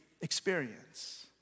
experience